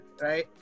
right